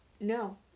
No